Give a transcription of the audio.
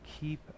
keep